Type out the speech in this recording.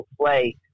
play